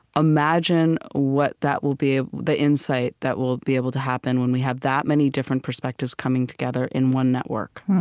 imagine what that will be ah the insight that will be able to happen when we have that many different perspectives coming together in one network.